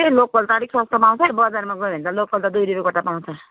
छ्या है लोकल त अलिक सस्तोमा आउँछ है बजारमा गयो भने त लोकल त दुई रुपियाँ गोटा पाउँछ